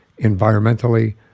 environmentally